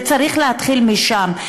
זה צריך להתחיל משם.